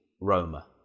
Roma